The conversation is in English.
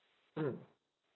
mm